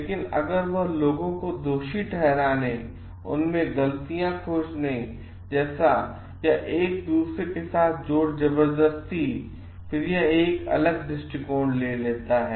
लेकिन अगर वह लोगों को दोषी ठहराने और उनमें गलतियां खोजने जैसा है एक दूसरे के साथ जोर जबरदस्ती फिर यह एक अलग दृष्टिकोण लेता है